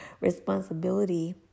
responsibility